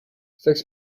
six